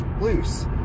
loose